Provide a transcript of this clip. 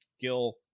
Gil